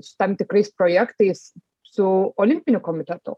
su tam tikrais projektais su olimpiniu komitetu